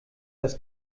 das